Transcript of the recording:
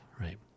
right